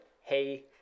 Hey